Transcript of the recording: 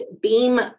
beam